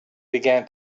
began